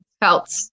felt